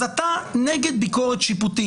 אז אתה נגד ביקורת שיפוטית.